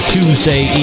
Tuesday